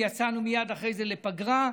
יצאנו מייד אחרי זה לפגרה,